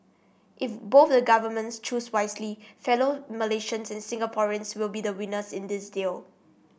if both the governments choose wisely fellow Malaysians and Singaporeans will be winners in this deal